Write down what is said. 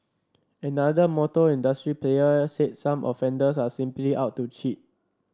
another motor industry player said some offenders are simply out to cheat